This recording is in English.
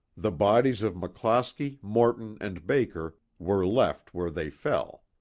the bodies of mcclosky, morton and baker were left where they fell.